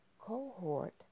cohort